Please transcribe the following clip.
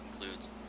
concludes